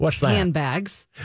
handbags